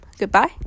Goodbye